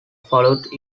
followed